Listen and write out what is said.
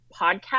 podcast